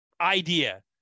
idea